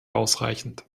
ausreichend